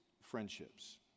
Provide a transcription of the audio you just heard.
friendships